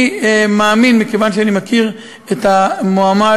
אני מאמין, מכיוון שאני מכיר את המועמד